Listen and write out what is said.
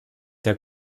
der